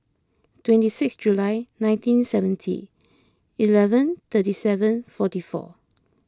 twenty six July nineteen seventy eleven thirty seven forty four